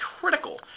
critical